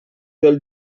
del